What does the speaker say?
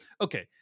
okay